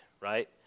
right